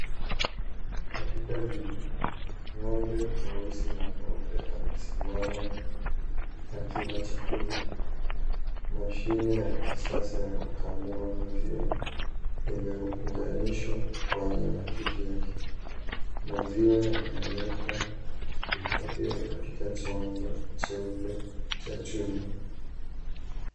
Katika zizi, ng'ombe mweusi na mweupe amesimama akila chakula. Mashini ya kisasa ya kukamua maziwa imeunganishwa kwenye matiti yake. Maziwa yanawekwa kuhifadhiwa katika chombo cheupe cha chuma.